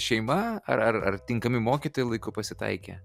šeima ar ar ar tinkami mokytojai laiku pasitaikė